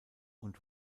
und